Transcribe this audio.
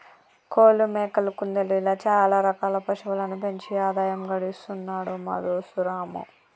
కోళ్లు మేకలు కుందేళ్లు ఇలా చాల రకాల పశువులను పెంచి ఆదాయం గడిస్తున్నాడు మా దోస్తు రాము